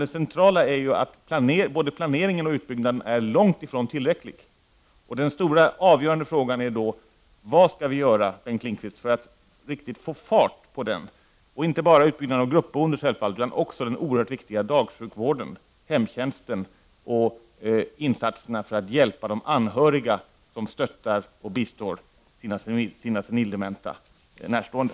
Det centrala är att såväl planeringen som utbyggnaden är långt ifrån tillräcklig. Den stora avgörande frågan är vad vi skall göra, Bengt Lindqvist, för att få fart på utvecklingen. Det gäller inte bara utbyggnaden av gruppboendet, utan också den oerhört viktiga dagsjukvården och hemtjänsten. Det gäller också insatser för att hjälpa de anhöriga som stöttar och bistår sina senildementa närstående.